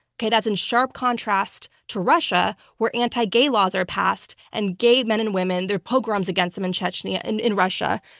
that's in sharp contrast to russia, where anti-gay laws are passed and gay men and women, they're pogroms against them in chechnya and in russia,